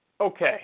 Okay